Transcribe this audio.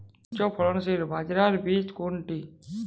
উচ্চফলনশীল বাজরার বীজ কোনটি?